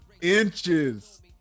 Inches